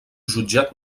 jutjat